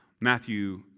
Matthew